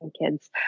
kids